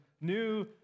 new